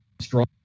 Strong